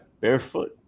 barefoot